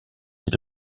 des